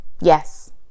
yes